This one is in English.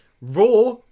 raw